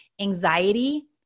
anxiety